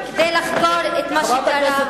ועדת חקירה בין-לאומית כדי לחקור, חברי הכנסת,